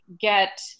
get